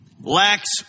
lacks